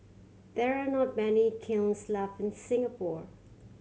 there are not many kilns left in Singapore